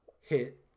hit